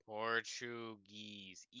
Portuguese